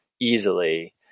easily